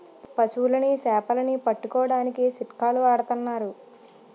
పశువులని సేపలని పట్టుకోడానికి చిక్కాలు వాడతన్నారు